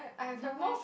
don't meh